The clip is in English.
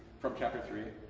from chapter three,